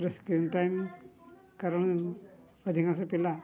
screen time କାରଣ ଅଧିକାଂଶ ପିଲା